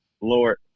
Lord